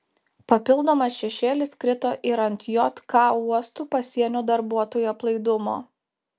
papildomas šešėlis krito ir ant jk uostų pasienio darbuotojų aplaidumo